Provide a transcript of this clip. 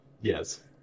Yes